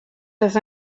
les